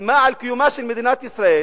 היא איימה על קיומה של מדינת ישראל.